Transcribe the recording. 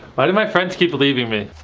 why do my friends keep leaving me?